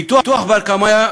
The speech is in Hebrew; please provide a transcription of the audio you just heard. פיתוח בר-קיימא,